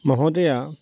महोदय